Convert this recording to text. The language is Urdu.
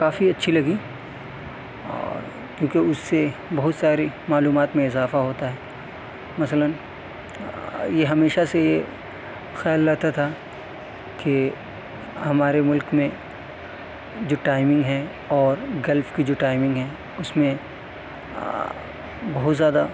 کافی اچھی لگی اور کیونکہ اس سے بہت ساری معلومات میں اضافہ ہوتا ہے مثلاً یہ ہمیشہ سے خیال رہتا تھا کہ ہمارے ملک میں جو ٹائمنگ ہیں اور گلف کی جو ٹائمنگ ہیں اس میں بہت زیادہ